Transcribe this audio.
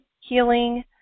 healing